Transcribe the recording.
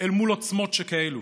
אל מול עוצמות שכאלו,